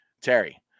Terry